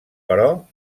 però